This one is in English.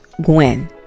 Gwen